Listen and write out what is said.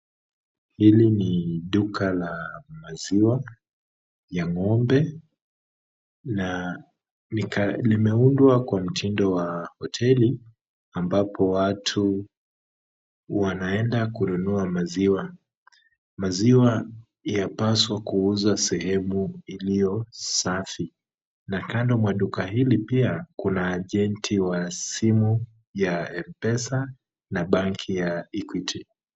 Hili ni duka la maziwa, ya ng'ombe, na limeundwa kwa mtindo wa hoteli, ambapo watu, wanaenda kununua maziwa. Maziwa yapaswa kuuzwa sehemu iliyosafi na kando mwa duka hili pia, kuna ajenti wa simu ya Mpesa na banki ya Equity.